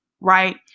right